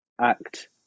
act